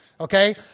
Okay